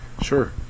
Sure